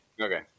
Okay